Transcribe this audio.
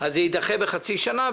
אז זה יידחה בחצי שנה.